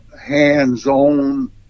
hands-on